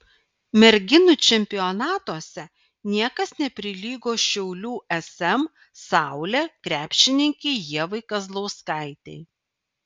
merginų čempionatuose niekas neprilygo šiaulių sm saulė krepšininkei ievai kazlauskaitei